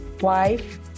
wife